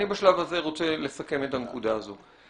בשלב הזה רוצה לסכם את הנקודה הזאת.